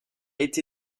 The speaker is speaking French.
été